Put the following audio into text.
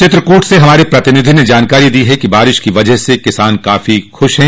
चित्रकूट से हमारे प्रतिनिधि ने जानकारी दी है कि बारिश की वजह से किसान काफी खुश है